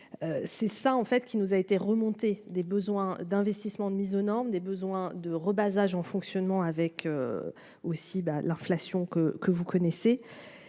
c'est ça en fait qui nous a été remonté des besoins d'investissements de mise aux normes des besoins de repassage en fonctionnement avec aussi bas, la relation que que vous connaissez,